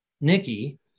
Nikki